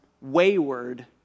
wayward